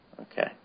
Okay